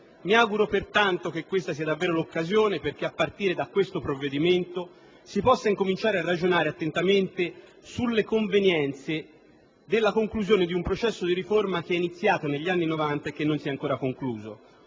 mi auguro pertanto che questa sia l'occasione perché a partire dal provvedimento in esame si possa cominciare a ragionare attentamente sulla convenienza della conclusione di un processo di riforma che è iniziato negli anni Novanta e che non si è ancora concluso.